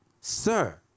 sir